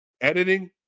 editing